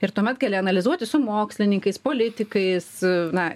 ir tuomet gali analizuoti su mokslininkais politikais na